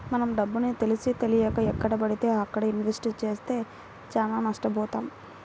మనం డబ్బుని తెలిసీతెలియక ఎక్కడబడితే అక్కడ ఇన్వెస్ట్ చేస్తే చానా నష్టబోతాం